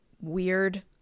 weird